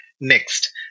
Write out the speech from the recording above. Next